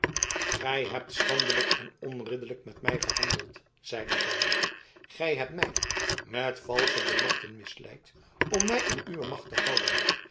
gij hebt schandelijk en onridderlijk met mij gehandeld zeide zij gij hebt mij met valsche beloften misleid om mij in uwe macht te houden